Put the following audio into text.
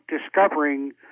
discovering